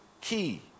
key